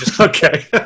Okay